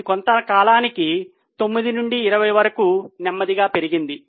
ఇది కొంతకాలానికి 9 నుండి 20 వరకు నెమ్మదిగా పెరిగింది